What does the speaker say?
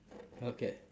okay